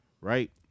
right